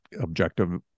objective